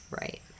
Right